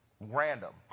Random